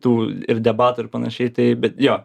tų ir debatų ir panašiai taip bet jo